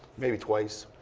maybe twice.